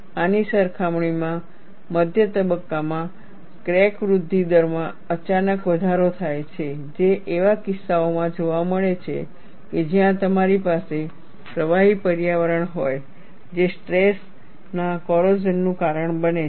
આની સરખામણીમાં મધ્ય તબક્કામાં ક્રેક વૃદ્ધિ દર માં અચાનક વધારો થાય છે જે એવા કિસ્સાઓમાં જોવા મળે છે કે જ્યાં તમારી પાસે પ્રવાહી પર્યાવરણ હોય જે સ્ટ્રેસ ના કોરોઝનનું કારણ બને છે